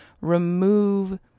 remove